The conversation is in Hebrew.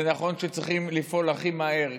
זה נכון שצריכים לפעול הכי מהר,